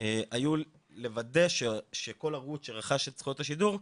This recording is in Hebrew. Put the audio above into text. היו לוודא שכל ערוץ שרכש את זכויות השידור,